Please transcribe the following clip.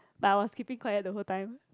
but I was keeping quiet the whole time